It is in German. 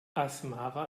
asmara